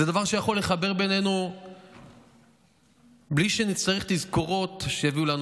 זה דבר שיכול לחבר בינינו בלי שנצטרך תזכורות שיביאו לנו